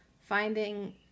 Finding